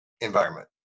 environment